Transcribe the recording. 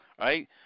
right